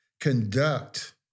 conduct